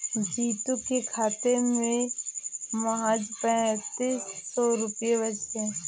जीतू के खाते में महज पैंतीस सौ रुपए बचे हैं